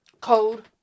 code